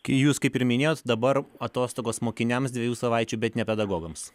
kai jūs kaip ir minėjau dabar atostogos mokiniams dviejų savaičių bet ne pedagogams